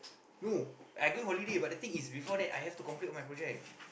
no I going holiday but the thing is before that I have to complete all my project